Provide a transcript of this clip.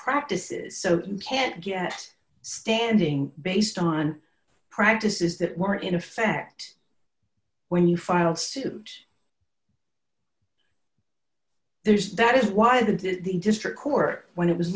practices so you can't get standing based on practice is that were in effect when you final suit there's that is why the district court when it was